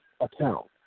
account